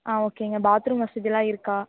ஆ ஓகேங்க பாத்ரூம் வசதியெலாம் இருக்கா